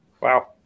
Wow